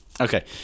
okay